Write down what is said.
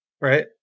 Right